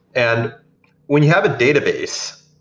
and when you have a database,